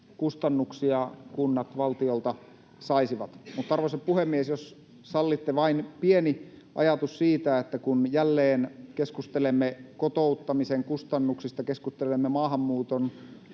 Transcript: kustannuksia kunnat sitten valtiolta saisivat. Arvoisa puhemies! Jos vain sallitte, pieni ajatus siitä, että kun jälleen keskustelemme kotouttamisen kustannuksista, keskustelemme maahanmuuton